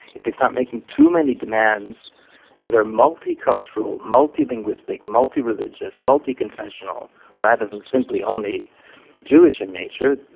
if they start making too many demands that are multicultural, multilinguistic, multireligious, multiconfessional rather than simply only jewish in nature,